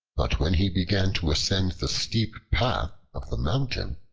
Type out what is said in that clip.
but when he began to ascend the steep path of the mountain,